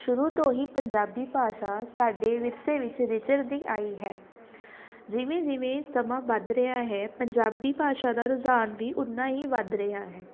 ਸ਼ੁਰੂ ਤੋਂ ਹੀ ਪੰਜਾਬੀ ਭਾਸ਼ਾ ਸਾਡੇ ਵਿਰਸੇ ਵਿੱਚ ਵਿਚਰਦੀ ਆਈ ਹੈ ਜਿਵੇਂ ਜਿਵੇਂ ਸਮਾਂ ਵੱਧ ਰਿਹਾ ਹੈ ਪੰਜਾਬੀ ਭਾਸ਼ਾ ਦਾ ਰੁਝਾਨ ਵੀ ਓਨਾ ਹੀ ਵੱਧ ਰਿਹਾ ਹੈ